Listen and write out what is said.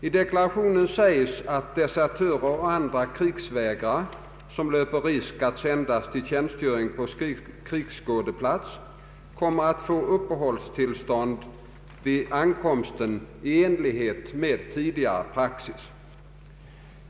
I deklarationen sägs att desertörer och andra krigsvägrare som löper risk att sändas till tjänstgöring på krigsskådeplats kommer att få uppehållstillstånd vid ankomsten i enlighet med tidigare praxis.